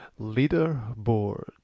Leaderboard